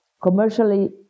Commercially